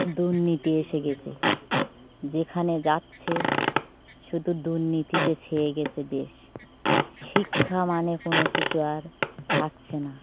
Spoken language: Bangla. দুর্নীতি এসে গেছে যেখানে যাচ্ছে শুধু দুর্নীতিতে ছেয়ে গেছে দেশ শিক্ষা মানে কোনো কিছু আর থাকছে না